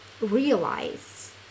realize